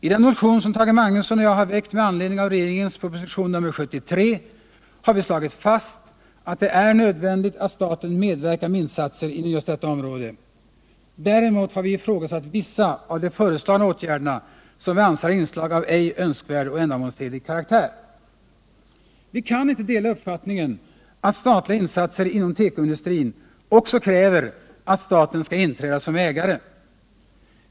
I den motion som Tage Magnusson och jag har väckt med anledning av regeringens proposition nr 73 har vi slagit fast att det är nödvändigt att staten medverkar med insatser inom just detta område. Däremot har vi ifrågasatt vissa av de föreslagna åtgärderna, som vi anser har inslag av ej önskvärd och ändamålsenlig karaktär. Vi kan inte dela uppfattningen att statliga insatser inom tekoindustrin också kräver att staten skall inträda som ägare.